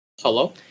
hello